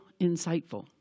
insightful